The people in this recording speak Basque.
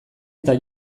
eta